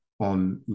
on